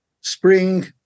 spring